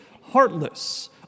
heartless